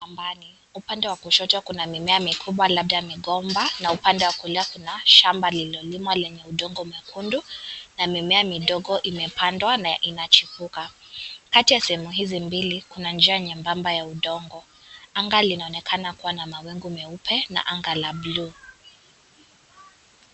Hapa ni, upande wa kushoto kuna mimea mikubwa labda mikomba na upande wakulia kuna shamba nilolimwa lenye udogo mwekundu na mimea midogo imepandwa na inachipuka. Katika semu hizi mbili, kuna njia nyembamba ya udogo. Anga linaonekana kuwa na mawingu meupe na anga la bluu.